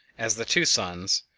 as the two suns,